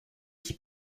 qui